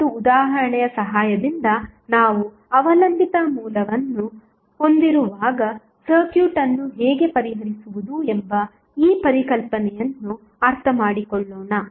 ಈಗ ಒಂದು ಉದಾಹರಣೆಯ ಸಹಾಯದಿಂದ ನಾವು ಅವಲಂಬಿತ ಮೂಲವನ್ನು ಹೊಂದಿರುವಾಗ ಸರ್ಕ್ಯೂಟ್ ಅನ್ನು ಹೇಗೆ ಪರಿಹರಿಸುವುದು ಎಂಬ ಈ ಪರಿಕಲ್ಪನೆಯನ್ನು ಅರ್ಥಮಾಡಿಕೊಳ್ಳೋಣ